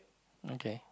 okay